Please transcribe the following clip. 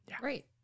Great